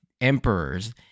emperors